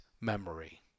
memory